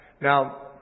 Now